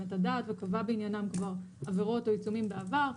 את הדעת וקבע בעניינן כבר עבירות או עיצומים בעבר,